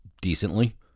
decently